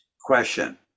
question